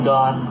God